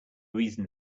reason